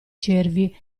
cervi